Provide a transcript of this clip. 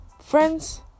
Friends